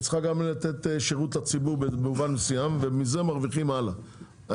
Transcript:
היא צריכה גם לתת שירות לציבור במובן מסוים ומזה מרוויחים הלאה.